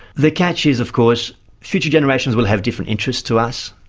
the catch is of course future generations will have different interests to us.